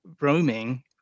roaming